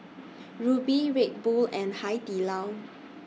Rubi Red Bull and Hai Di Lao